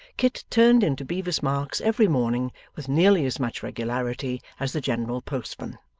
kit turned into bevis marks every morning with nearly as much regularity as the general postman.